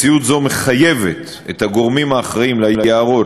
מציאות זו מחייבת את הגורמים האחראים ליערות,